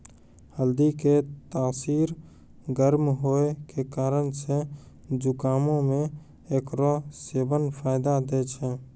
हल्दी के तासीर गरम होय के कारण से जुकामो मे एकरो सेबन फायदा दै छै